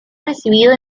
recibido